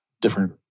different